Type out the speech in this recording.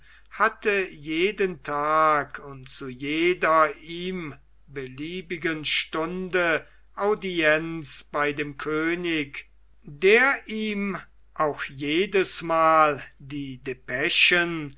hatte jeden tag und zu jeder ihm beliebigen stunde audienz bei dem könig der ihm auch jedes mal die